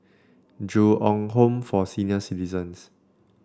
Ju Eng Home for Senior Citizens